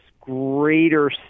greater